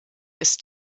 ist